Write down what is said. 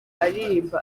aririmba